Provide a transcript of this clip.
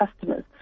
customers